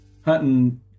Hunting